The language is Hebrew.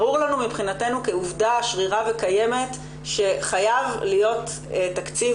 ברור לנו מבחינתנו כעובדה שרירה וקיימת שחייב להיות תקציב